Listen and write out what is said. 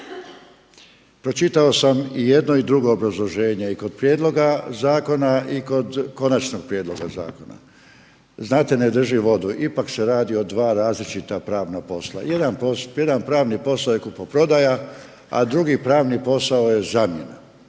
pročitao sam i jedno i drugo obrazloženje i kod prijedloga zakona i kod konačnog prijedloga zakona. Znate, ne drži vodu, ipak se radi o dva različita pravna posla. Jedan pravni posao je kupoprodaja, a drugi pravni posao je zamjena.